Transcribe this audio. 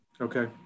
okay